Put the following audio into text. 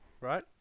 right